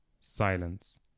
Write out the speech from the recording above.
Silence